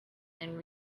and